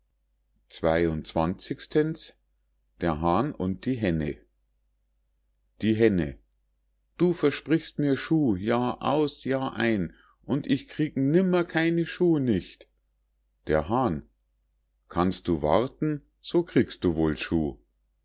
der hahn und die henne die henne du versprichst mir schuh jahr aus jahr ein und ich krieg nimmer keine schuh nicht der hahn kannst du warten so kriegst du wohl schuh